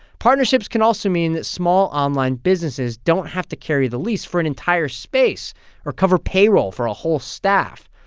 partnerships can also mean that small online businesses don't have to carry the lease for an entire space or cover payroll for a whole staff.